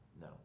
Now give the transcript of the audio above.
No